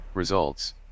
Results